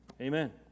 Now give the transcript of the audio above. Amen